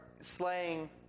slaying